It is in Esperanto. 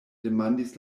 demandis